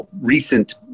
recent